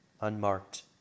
unmarked